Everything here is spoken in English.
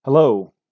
Hello